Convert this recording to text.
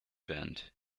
band